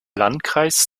landkreis